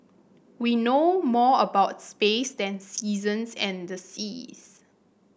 we know more about space than seasons and the seas